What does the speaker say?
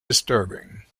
disturbing